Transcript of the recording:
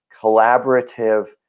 collaborative